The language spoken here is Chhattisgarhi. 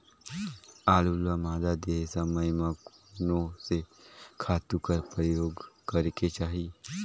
आलू ल मादा देहे समय म कोन से खातु कर प्रयोग करेके चाही?